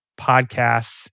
podcasts